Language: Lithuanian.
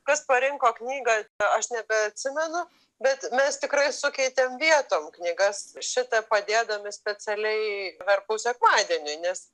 kas parinko knygą aš nebeatsimenu bet mes tikrai sukeitėm vietom knygas šitą padėdami specialiai verbų sekmadieniui nes